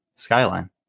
Skyline